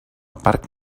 parc